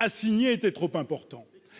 assignés étaient trop importants.